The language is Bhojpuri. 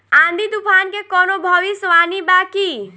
आँधी तूफान के कवनों भविष्य वानी बा की?